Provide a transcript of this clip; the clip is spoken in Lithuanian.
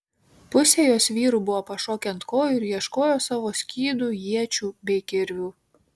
pusė jos vyrų buvo pašokę ant kojų ir ieškojo savo skydų iečių bei kirvių